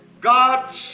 God